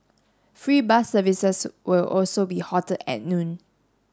free bus services will also be halted at noon